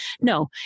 No